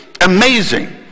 amazing